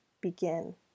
begin